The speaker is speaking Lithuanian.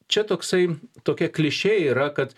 čia toksai tokia klišė yra kad